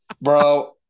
Bro